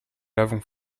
l’avons